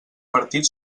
partit